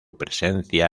presencia